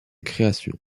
création